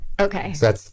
Okay